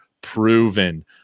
proven